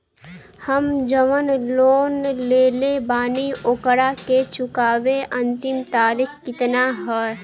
हम जवन लोन लेले बानी ओकरा के चुकावे अंतिम तारीख कितना हैं?